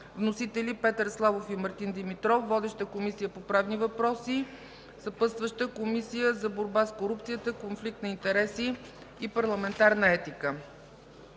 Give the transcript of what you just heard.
Вносители – Петър Славов и Мартин Димитров. Водеща е Комисията по правни въпроси. Съпътстваща е Комисията за борба с корупцията, конфликт на интереси и парламентарна етика.